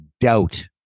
doubt